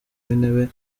w’intebe